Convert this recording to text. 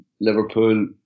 Liverpool